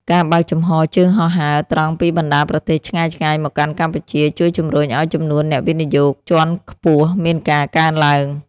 ការបើកចំហជើងហោះហើរត្រង់ពីបណ្តាប្រទេសឆ្ងាយៗមកកាន់កម្ពុជាជួយជំរុញឱ្យចំនួនអ្នកវិនិយោគជាន់ខ្ពស់មានការកើនឡើង។